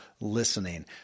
listening